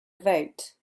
vote